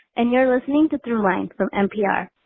and you're listening to throughline from npr.